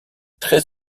très